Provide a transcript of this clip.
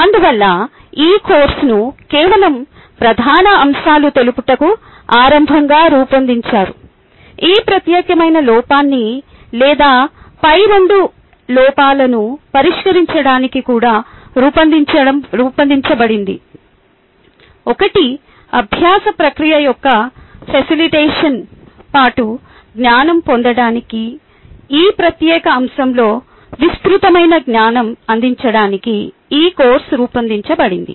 అందువల్ల ఈ కోర్సును కేవలం ప్రధాన అంశాలు తెలుపుటకు ఆరంభoగా రూపొందించారుఈ ప్రత్యేకమైన లోపాన్ని లేదా పై రెండు లోపాలను పరిష్కరించడానికి కూడా రూపొందించబడింది ఒకటి అభ్యాస ప్రక్రియ యొక్క ఫసిలిటేషన్తో పాటు జ్ఞానo పొoదడానికి ఈ ప్రత్యేక అంశంలో విసృతమైన జ్ఞానం అందించడానికి ఈ కోర్సు రూపొందించబడింది